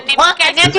נכון.